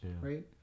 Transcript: right